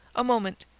a moment.